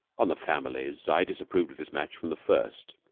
on the family's. i disapproved of this match from the first.